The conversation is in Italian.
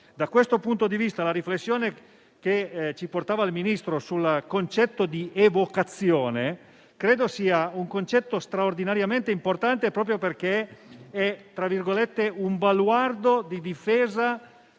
Da questo punto di vista la riflessione che ci portava il Ministro sul concetto di evocazione credo sia straordinariamente importante proprio perché è un «baluardo» di difesa